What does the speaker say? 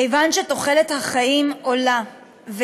כיוון שתוחלת החיים עולה,